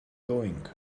going